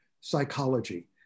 psychology